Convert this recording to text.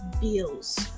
bills